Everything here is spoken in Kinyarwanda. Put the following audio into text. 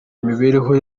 imibereho